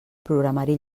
programari